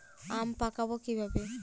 আম পাকাবো কিভাবে?